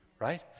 Right